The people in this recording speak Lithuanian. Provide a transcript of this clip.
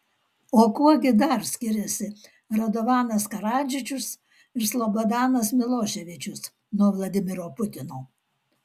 o kuo gi dar skiriasi radovanas karadžičius ir slobodanas miloševičius nuo vladimiro putino